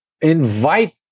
Invite